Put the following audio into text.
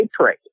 trade